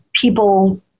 people